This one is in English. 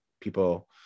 people